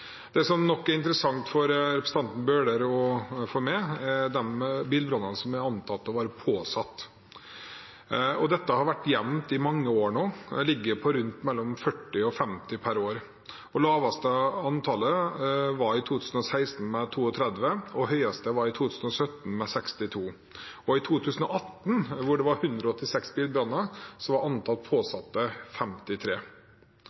Det som nok er interessant for representanten Bøhler og for meg, er de bilbrannene som er antatt å være påsatt. Dette har vært jevnt i mange år nå, det ligger på mellom 40 og 50 per år. Det laveste antallet var i 2016, med 32, og det høyeste var i 2017, med 62. I 2018, da det var 186 bilbranner, var antallet som var